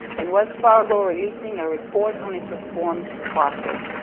and wells fargo releasing a report on its reformed process,